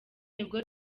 nibwo